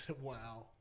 Wow